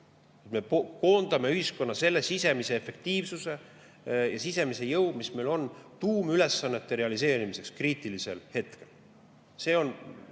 Me koondame ühiskonna sisemise efektiivsuse ja sisemise jõu, mis meil on, tuumülesannete realiseerimiseks kriitilisel hetkel. See on